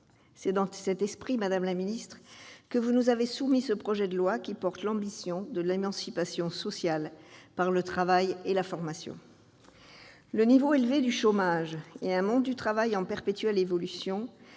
C'est dans cet esprit, madame la ministre, que vous nous avez soumis ce projet de loi, qui porte « l'ambition de l'émancipation sociale par le travail et la formation ». Le niveau élevé du chômage et un monde du travail en perpétuelle évolution